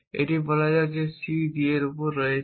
এবং একটি বলা যাক C D এর উপর রয়েছে